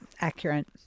accurate